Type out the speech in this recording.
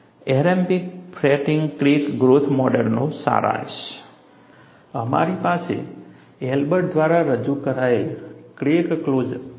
empirical fatigue crack growth મોડલનો સારાંશ અમારી પાસે એલ્બર્ટ દ્વારા રજૂ કરાયેલ ક્રેક ક્લોઝર છે